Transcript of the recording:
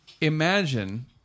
imagine